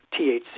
THC